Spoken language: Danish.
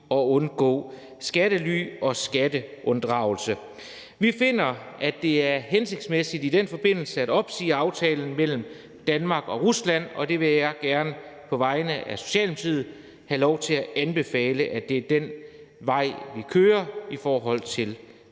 at undgå skattely og skatteunddragelse. Vi finder, at det er hensigtsmæssigt i den forbindelse at opsige aftalen mellem Danmark og Rusland, og det vil jeg gerne på vegne af Socialdemokratiet have lov til at anbefale er den vej, vi går i forhold til